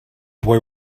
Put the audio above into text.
boy